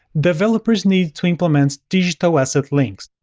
developers need to implement digital asset links.